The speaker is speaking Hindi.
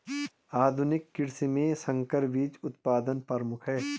आधुनिक कृषि में संकर बीज उत्पादन प्रमुख है